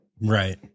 Right